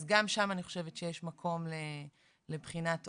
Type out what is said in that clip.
אז גם שם אני חושבת שיש מקום לבחינת עומק,